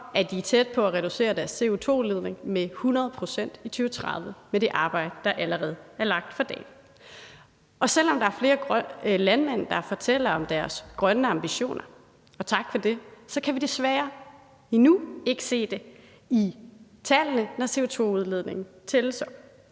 er de tæt på at reducere deres CO2-udledning med 100 pct. i 2030 med det arbejde, der allerede er lagt for dagen. Og selv om der er flere landmænd, der fortæller om deres grønne ambitioner – og tak for det – kan vi desværre endnu ikke se det i tallene, når CO2-udledningen tælles op.